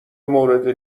مورد